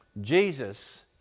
jesus